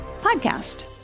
podcast